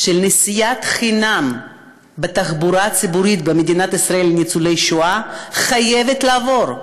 של נסיעה חינם בתחבורה הציבורית במדינת ישראל לניצולי שואה חייבת לעבור,